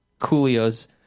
Coolio's